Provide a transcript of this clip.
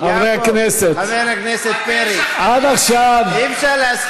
חבר הכנסת פרי, אי-אפשר להזכיר,